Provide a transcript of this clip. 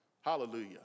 Hallelujah